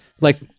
like-